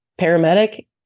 paramedic